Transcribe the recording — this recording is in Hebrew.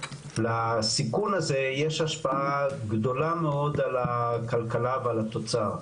לסיכון הזה יש השפעה גדולה מאוד על הכלכלה ועל התוצר,